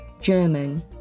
German